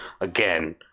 again